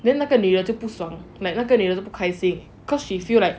then 那个女就不爽 like 那个女的不开心 cause she feel like